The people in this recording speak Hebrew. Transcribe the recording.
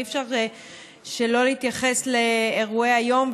אי-אפשר שלא להתייחס לאירועי היום,